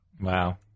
Wow